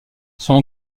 sont